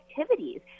activities